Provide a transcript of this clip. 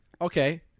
Okay